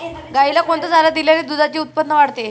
गाईला कोणता चारा दिल्याने दुधाचे उत्पन्न वाढते?